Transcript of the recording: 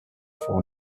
for